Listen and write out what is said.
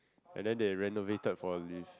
and then they renovated for a lift